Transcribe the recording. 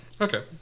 Okay